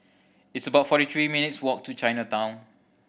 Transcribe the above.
it's about forty three minutes' walk to Chinatown